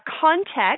context